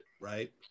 right